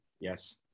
Yes